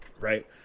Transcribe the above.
right